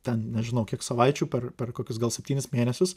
ten nežinau kiek savaičių per per kokius gal septynis mėnesius